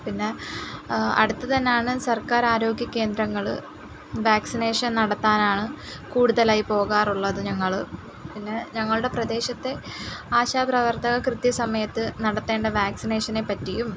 പിന്നെ അടുത്ത് തന്നെയാണ് സർക്കാർ ആരോഗ്യ കേന്ദ്രങ്ങൾ വാക്സിനേഷൻ നടത്താനാണ് കൂടുതലായി പോകാറുള്ളത് ഞങ്ങൾ പിന്നെ ഞങ്ങളുടെ പ്രദേശത്തെ ആശാ പ്രവർത്തക്കർ കൃത്യ സമയത്ത് നടത്തേണ്ടേ വാക്സിനേഷനെപ്പറ്റിയും